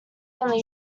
only